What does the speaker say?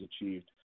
achieved